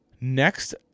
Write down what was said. Next